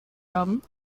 haben